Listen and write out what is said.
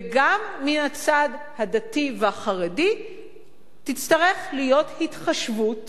וגם מן הצד הדתי והחרדי תצטרך להיות התחשבות